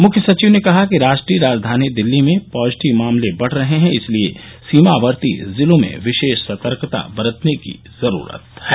मुख्य सचिव ने कहा कि राष्ट्रीय राजधानी दिल्ली में पॉजिटिव मामले बढ़ रहे हैं इसलिये सीमावर्ती ज़िलों में विशेष सर्तकता बरतने की ज़रूरत है